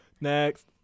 Next